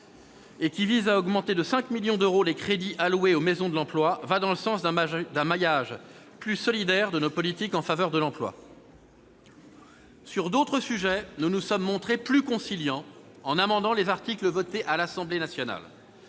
visant à augmenter de 5 millions d'euros les crédits alloués aux maisons de l'emploi, va dans le sens d'un maillage plus solidaire de nos politiques en faveur de l'emploi. Sur d'autres sujets, nous nous sommes montrés plus conciliants, en amendant les articles votés à l'Assemblée nationale.